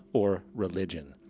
or religion.